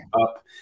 up